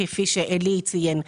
כפי שאלי ציין.